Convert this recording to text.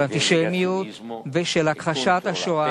ציווי נגד כל ביטוי של אנטישמיות ושל הכחשת השואה